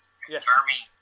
Jeremy